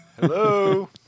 Hello